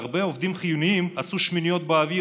והרבה עובדים חיוניים עשו שמיניות באוויר,